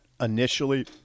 initially